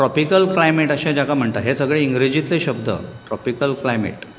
tropical climate अशें ताका म्हणटात हे सगळे इंग्रजितले शब्द ट्रॉपिकल क्लायमेट